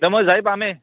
দে মই যাই পামেই